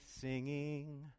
singing